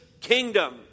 kingdom